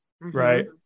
right